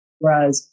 Whereas